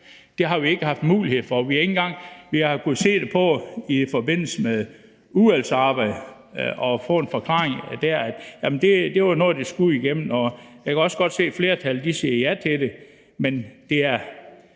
Det har vi ikke haft mulighed for. Vi har kunnet se det i forbindelse med udvalgsarbejdet og fået en forklaring der om, at det var noget, der skulle igennem. Og jeg kan også godt se, at flertallet siger ja til det,